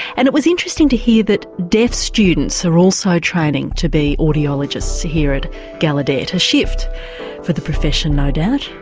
and it was interesting to hear that deaf students are also training to be audiologists here at gallaudet. a shift for the profession no doubt.